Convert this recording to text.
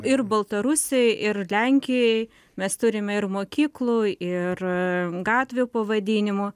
ir baltarusijoj ir lenkijoj mes turime ir mokyklų ir gatvių pavadinimų